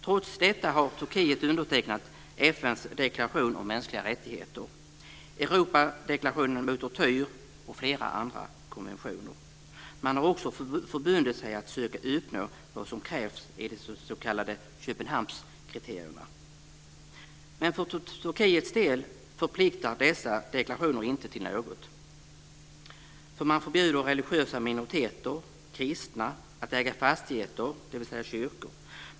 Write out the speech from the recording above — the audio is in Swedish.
Trots detta har Turkiet undertecknat FN:s deklaration om mänskliga rättigheter, Europadeklarationen mot tortyr och flera andra konventioner. Man har också förbundit sig att söka uppnå vad som krävs i de s.k. Köpenhamnskriterierna. Men för Turkiets del förpliktar dessa deklarationer inte till något, för man förbjuder religiösa minoriteter, kristna, att äga fastigheter, dvs. kyrkor.